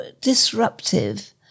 disruptive